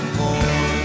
more